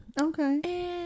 Okay